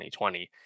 2020